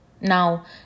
Now